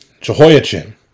Jehoiachin